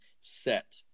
set